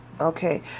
okay